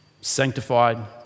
Sanctified